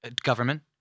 government